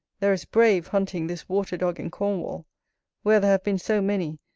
there is brave hunting this water-dog in cornwall where there have been so many,